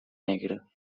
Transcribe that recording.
negre